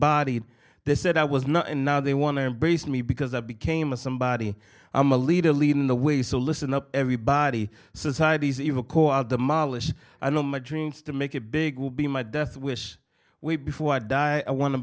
bodied they said i was not and now they want to embrace me because i became a somebody i'm a leader leading the way so listen up everybody societies even demolish i know my dreams to make a big will be my death wish we before i die i want to